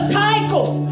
cycles